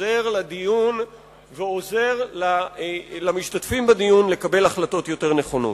עוזר לדיון ועוזר למשתתפים בדיון לקבל החלטות יותר נכונות.